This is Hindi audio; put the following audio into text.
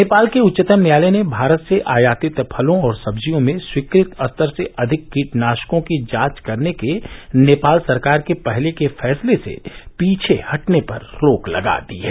नेपाल के उच्चतम न्यायालय ने भारत से आयातित फलों और सब्जियों में स्वीकृत स्तर से अधिक कीटनाशकों की जांच करने के नेपाल सरकार के पहले के फैसले से पीछे हटने पर रोक लगा दी है